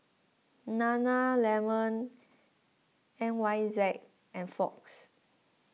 Nana Lemon N Y Z and Fox